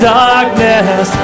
darkness